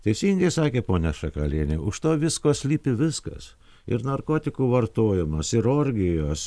teisingai sakė ponia šakalienė už to visko slypi viskas ir narkotikų vartojimas ir orgijos